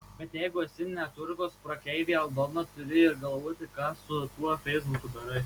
bet jeigu esi ne turgaus prekeivė aldona turi ir galvoti ką su tuo feisbuku darai